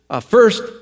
first